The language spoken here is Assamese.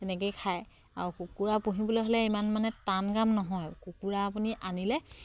তেনেকেই খায় আৰু কুকুৰা পুহিবলৈ হ'লে ইমান মানে টান কাম নহয় কুকুৰা আপুনি আনিলে